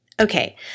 Okay